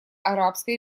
арабской